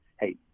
hey